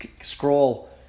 scroll